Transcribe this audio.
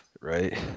Right